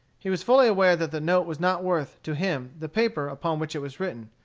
he was fully aware that the note was not worth, to him, the paper upon which it was written.